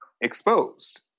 exposed